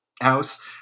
house